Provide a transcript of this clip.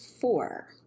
four